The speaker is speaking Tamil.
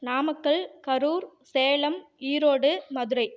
நாமக்கல் கரூர் சேலம் ஈரோடு மதுரை